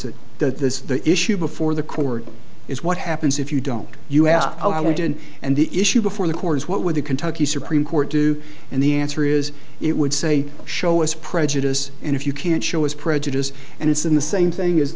is the issue before the court is what happens if you don't you have a legend and the issue before the court is what would the kentucky supreme court do and the answer is it would say show us prejudice and if you can't show as prejudice and it's in the same thing as